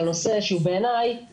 על נושא שבעיניי הוא הכי חשוב.